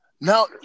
Now